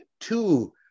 Two